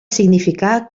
significar